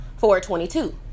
422